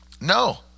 No